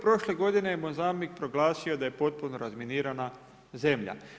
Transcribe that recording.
Prošle godine je Mozambik proglasio da je potpuno razminirana zemlja.